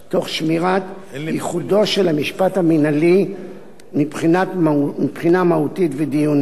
תוך שמירת ייחודו של המשפט המינהלי מבחינה מהותית ודיונית.